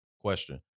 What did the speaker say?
Question